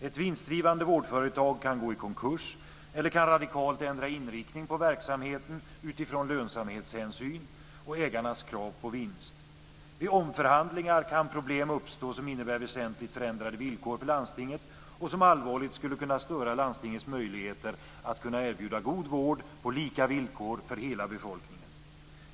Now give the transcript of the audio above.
Ett vinstdrivande vårdföretag kan gå i konkurs eller kan radikalt ändra inriktning på verksamheten utifrån lönsamhetshänsyn och ägarnas krav på vinst. Vid omförhandlingar kan problem uppstå som innebär väsentligt förändrade villkor för landstinget och som allvarligt skulle kunna störa landstingets möjligheter att erbjuda god vård på lika villkor för hela befolkningen.